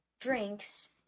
Drinks